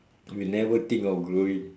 we never think of growing